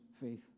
faith